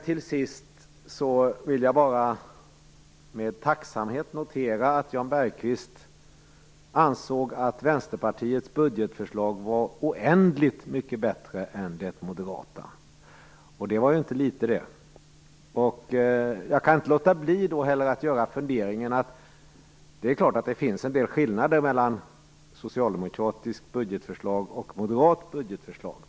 Till sist vill jag bara med tacksamhet notera att Jan Bergqvist ansåg att Vänsterpartiets budgetförslag var "oändligt" mycket bättre än det moderata. Det var inte litet, det. Jag kan då inte låta bli att göra en fundering. Det är klart att det finns en del skillnader mellan ett socialdemokratiskt budgetförslag och ett moderat budgetförslag.